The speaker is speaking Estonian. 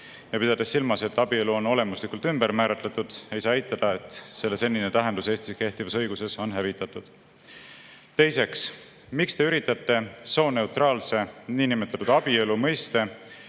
Pidades silmas, et abielu on olemuslikult ümber määratletud, ei saa eitada, et selle senine tähendus Eestis kehtivas õiguses on hävitatud. Teiseks, miks te üritate sooneutraalse niinimetatud abielu mõiste